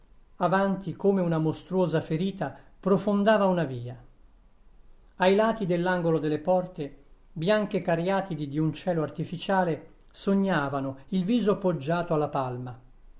avanti come una mostruosa ferita profondava una via ai lati dell'angolo delle porte bianche cariatidi di un cielo artificiale sognavano il viso poggiato alla palma